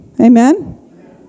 Amen